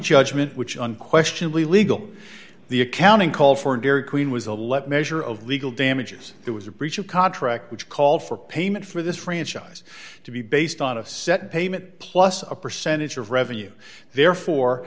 judgment which unquestionably legal the accounting call for dairy queen was a let measure of legal damages it was a breach of contract which called for payment for this franchise to be based on a set payment plus a percentage of revenue therefore